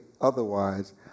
otherwise